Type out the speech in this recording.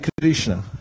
Krishna